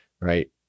right